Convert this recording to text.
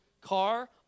car